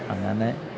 അങ്ങനെ